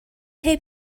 heb